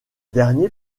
derniers